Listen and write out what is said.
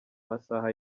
masaha